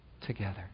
together